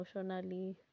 emotionally